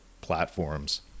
platforms